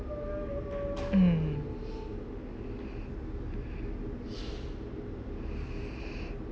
mm